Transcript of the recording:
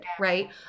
right